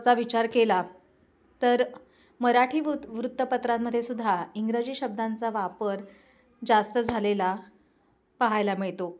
चा विचार केला तर मराठी वुत वृत्तपत्रांमध्ये सुुद्धा इंग्रजी शब्दांचा वापर जास्त झालेला पाहायला मिळतो